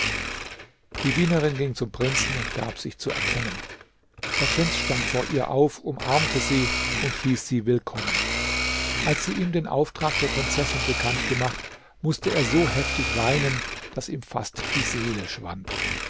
die dienerin ging zum prinzen und gab sich zu erkennen der prinz stand vor ihr auf umarmte sie und hieß sie willkommen als sie ihm den auftrag der prinzessin bekannt gemacht mußte er so heftig weinen daß ihm fast die seele schwand